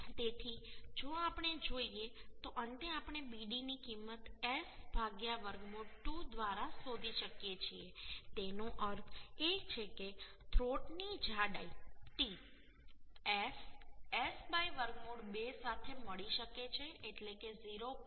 તેથી જો આપણે જોઈએ તો અંતે આપણે BD ની કિંમત S વર્ગમૂળ 2 દ્વારા શોધી શકીએ છીએ તેનો અર્થ એ છે કે થ્રોટની જાડાઈ T S S વર્ગમૂળ 2 સાથે મળી શકે છે એટલે કે 0